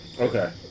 okay